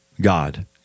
God